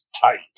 tight